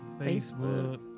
Facebook